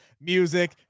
music